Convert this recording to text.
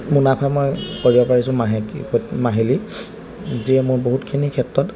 মুনাফা মই কৰিব পাৰিছোঁ মাহেকীয়া মাহিলী যিয়ে মোৰ বহুতখিনি ক্ষেত্ৰত